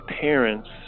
parents